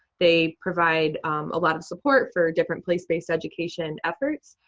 they provide a lot of support for different place-based education efforts,